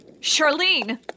Charlene